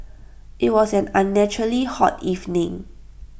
IT was an unnaturally hot evening